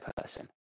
person